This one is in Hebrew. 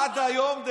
עד היום,